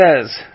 says